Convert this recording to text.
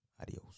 Adios